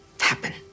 Happen